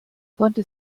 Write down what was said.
konnte